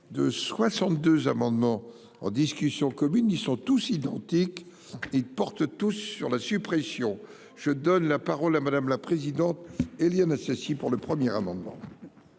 de 62 amendements en discussion commune. Ils sont tous identiques. Ils portent tous sur la suppression je donne la parole à Madame, la présidente, Éliane Assassi. Pour le premier amendement.